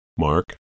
Mark